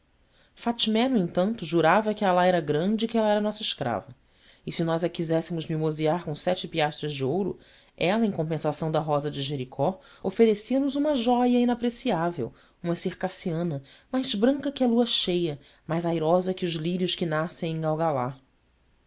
fatmé no entanto jurava que alá era grande e que ela era a nossa escrava e se nós a quiséssemos mimosear com sete piastras de ouro ela em compensação da rosa de jericó oferecia nos uma jóia inapreciável uma circassiana mais branca que a lua cheia mais airosa que os lírios que nascem em galgalá venha a